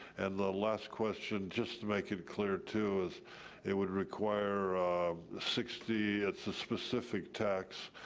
and the last question just make it clear too is it would require the sixty, it's the specific tax,